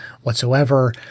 whatsoever